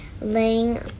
laying